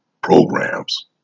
programs